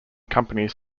companies